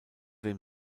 dem